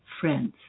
friends